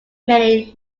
many